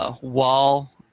wall